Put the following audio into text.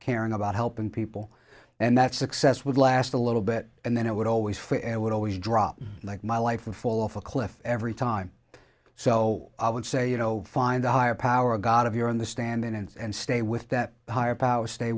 caring about helping people and that success would last a little bit and then it would always for it would always drop like my life would fall off a cliff every time so i would say you know find a higher power of god if you're on the stand in and stay with that higher power stay